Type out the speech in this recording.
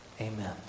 amen